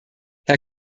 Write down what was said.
herr